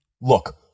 Look